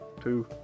Two